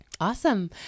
Awesome